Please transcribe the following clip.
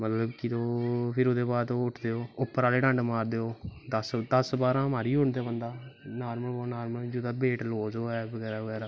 मतलव फिर ओह्दे बाद उठदे ओ उप्पर आह्ॅले डंड मारदे ओ दस बाह्ॅरां मारी ओड़दा बंदा नार्मल कोला दा नार्मल जेकर बेट लॉस होऐ